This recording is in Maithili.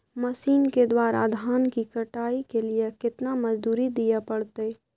मसीन के द्वारा धान की कटाइ के लिये केतना मजदूरी दिये परतय?